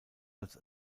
als